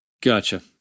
Gotcha